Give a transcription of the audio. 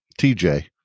tj